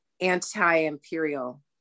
anti-imperial